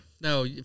No